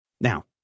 Now